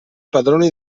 padroni